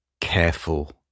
careful